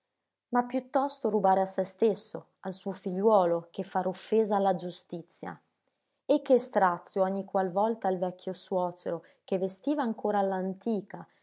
ma piuttosto rubare a se stesso al suo figliuolo che far offesa alla giustizia e che strazio ogni qual volta il vecchio suocero che vestiva ancora